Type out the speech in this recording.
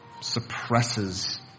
suppresses